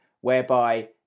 whereby